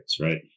Right